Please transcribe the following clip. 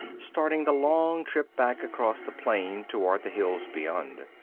starting the long trip back across the plain toward the hills beyond.